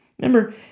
Remember